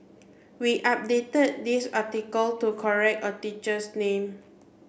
we updated this article to correct a teacher's name